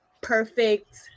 perfect